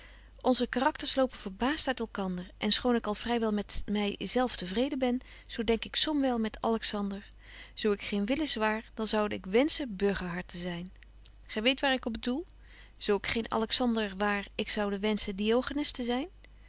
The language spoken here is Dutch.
onze karakters lopen verbaast uit elkander en schoon ik al vrywel met my zelf te vreden ben zo denk ik somwyl met alexander zo ik geen willis waar dan zoude ik wenschen burgerhart te zyn gy weet waar op ik doel zo ik geen alexander waar ik zoude wenschen diogenes te zyn